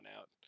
out